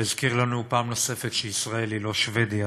והזכיר לנו פעם נוספת שישראל היא לא שבדיה,